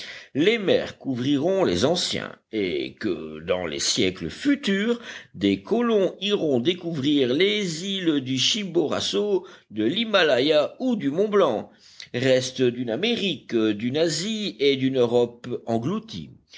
les mers couvriront les anciens et que dans les siècles futurs des colombs iront découvrir les îles du chimboraço de l'himalaya ou du mont blanc restes d'une amérique d'une asie et d'une europe englouties